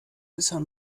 bisher